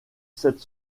cette